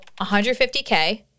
150K